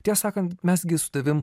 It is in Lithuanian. tiesą sakant mes gi su tavim